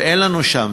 ואין לנו שם.